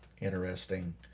interesting